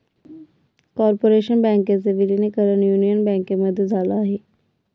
corporation बँकेचे विलीनीकरण union बँकेमध्ये झाल आहे